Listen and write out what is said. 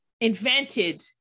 invented